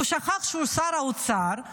הוא שכח שהוא שר האוצר,